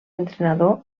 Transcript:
entrenador